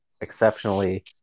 exceptionally